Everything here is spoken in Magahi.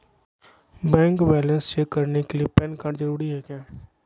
बैंक बैलेंस चेक करने के लिए पैन कार्ड जरूरी है क्या?